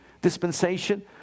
dispensation